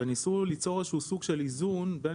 וניסו ליצור איזשהו סוג של איזון בין